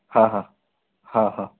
हा हा हा हा